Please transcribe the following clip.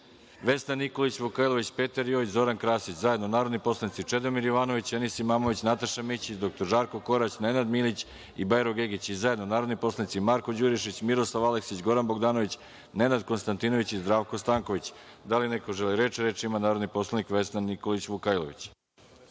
Vesna Nikolić Vukajlović, Petar Jojić i Zoran Krasić, zajedno narodni poslanici Čedomir Jovanović, Enis Imamović, Nataša Mićić, dr Žarko Korać, Nenad Milić i Bajro Gegić i zajedno narodni poslanici Marko Đurišić, Miroslav Aleksić, Goran Bogdanović, Nenad Konstantinović i Zdravko Stanković. Da li neko želi reč? Reč ima narodni poslanik Vesna Nikolić Vukajlović.